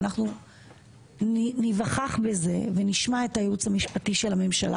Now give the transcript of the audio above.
ואנחנו ניווכח בזה ונשמע את הייעוץ המשפטי של הממשלה